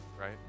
right